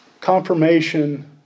Confirmation